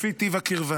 לפי טיב הקרבה.